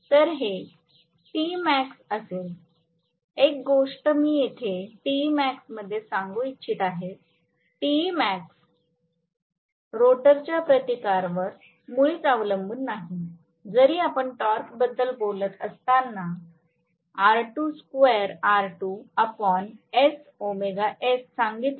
तर हे Temax असेल एक गोष्ट मी येथे Temax मध्ये सांगू इच्छित आहे Temax रोटरच्या प्रतिकारांवर मुळीच अवलंबून नाही जरी आपण टॉर्कबद्दल बोलत असताना सांगितले